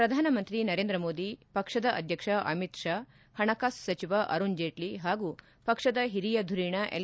ಪ್ರಧಾನಮಂತ್ರಿ ನರೇಂದ್ರ ಮೋದಿ ಪಕ್ಷದ ಅಧ್ಯಕ್ಷ ಅಮೀತ್ಶಾ ಹಣಕಾಸು ಸಚಿವ ಅರುಣ್ ಜೇಟ್ಲಿ ಹಾಗೂ ಪಕ್ಷದ ಹಿರಿಯ ಧುರೀಣ ಎಲ್